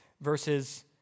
verses